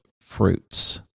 fruits